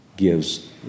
Gives